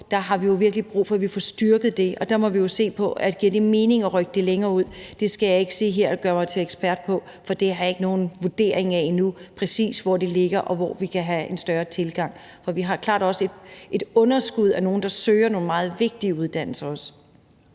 det har vi jo virkelig brug for at vi får styrket. Der må vi jo se på, om det giver mening at rykke de uddannelser længere ud. Det skal jeg ikke kunne sige her og gøre mig til ekspert på, for det har jeg ikke nogen vurdering af endnu, altså præcis hvor det skulle ligge, og hvor vi kunne have en større tilgang. For vi har klart også et underskud af nogen, der søger nogle meget vigtige uddannelser.